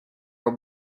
will